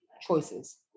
choices